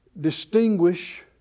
distinguish